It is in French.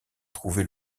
trouvait